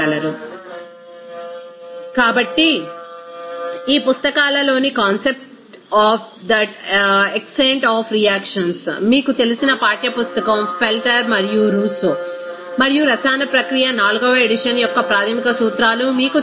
refer slide time 3614 కాబట్టి ఈ పుస్తకాలలోని concept of that extent of reactions మీకు తెలిసిన పాఠ్యపుస్తకం ఫెల్డెర్ మరియు రూసో మరియు రసాయన ప్రక్రియ 4 వ ఎడిషన్ యొక్క ప్రాథమిక సూత్రాలు మీకు తెలుసు